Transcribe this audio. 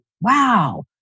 wow